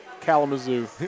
Kalamazoo